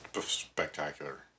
Spectacular